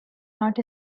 not